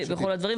בכל הדברים,